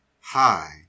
Hi